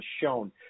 shown